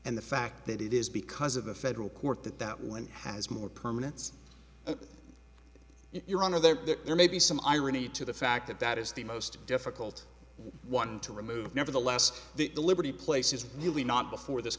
and the fact that it is because of a federal court that that one has more permanents your honor there may be some irony to the fact that that is the most difficult one to remove nevertheless the liberty place is really not before this